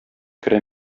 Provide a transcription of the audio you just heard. керә